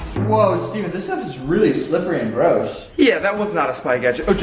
whoa, stephen, this stuff is really slippery and gross. yeah, that was not a spy gadget.